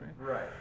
right